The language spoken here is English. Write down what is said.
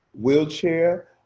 wheelchair